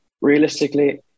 realistically